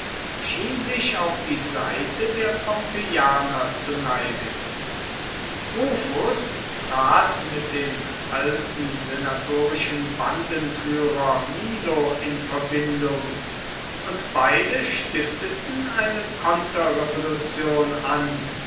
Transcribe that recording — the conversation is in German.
schien sich auf die seite der pompeianer zu neigen rufus trat mit dem alten senatorischen bandenführer milo in verbindung und beide stifteten eine konterrevolution an